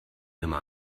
immer